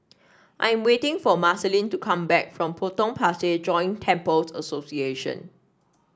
I'm waiting for Marceline to come back from Potong Pasir Joint Temples Association